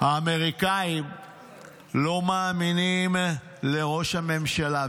האמריקנים לא מאמינים לראש הממשלה,